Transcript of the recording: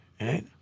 right